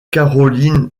caroline